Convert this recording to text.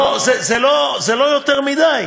לא, זה לא יותר מדי.